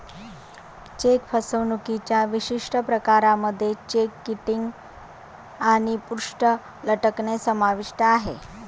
check फसवणुकीच्या विशिष्ट प्रकारांमध्ये चेक किटिंग आणि पृष्ठ लटकणे समाविष्ट आहे